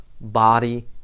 body